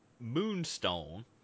moonstone